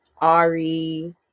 Ari